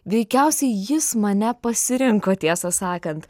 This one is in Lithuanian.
veikiausiai jis mane pasirenko tiesą sakant